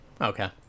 Okay